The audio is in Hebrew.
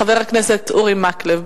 חבר הכנסת אורי מקלב,